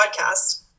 podcast